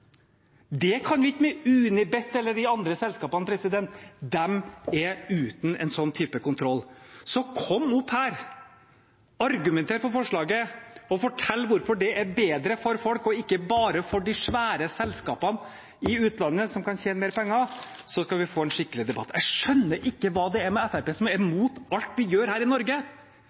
Det kan vi ikke med Unibet eller de andre selskapene. De er uten en sånn type kontroll. Så kom opp her, argumenter for forslaget og fortell hvorfor det er bedre for folk og ikke bare for de svære selskapene i utlandet som kan tjene mer penger, så skal vi få en skikkelig debatt. Jeg skjønner ikke hva det er med Fremskrittspartiet, som er mot alt vi gjør her i Norge.